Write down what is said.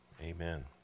Amen